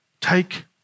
Take